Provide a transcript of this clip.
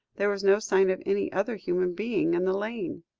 there was no sign of any other human being in the lane.